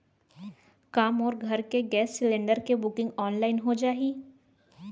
का मोर घर के गैस सिलेंडर के बुकिंग ऑनलाइन हो जाही?